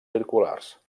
circulars